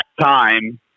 time